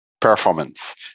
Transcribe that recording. performance